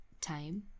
time